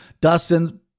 Dustin